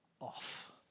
off